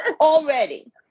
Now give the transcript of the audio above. already